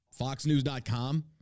foxnews.com